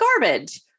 garbage